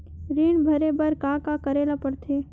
ऋण भरे बर का का करे ला परथे?